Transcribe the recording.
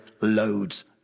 loads